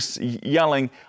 yelling